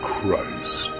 Christ